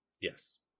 Yes